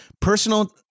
Personal